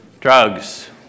Drugs